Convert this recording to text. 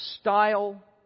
style